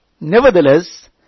Nevertheless